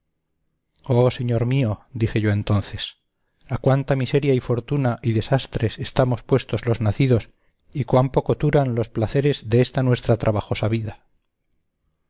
oh señor mío dije yo entonces a cuánta miseria y fortuna y desastres estamos puestos los nacidos y cuán poco turan los placeres de esta nuestra trabajosa vida